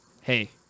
hey